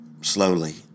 slowly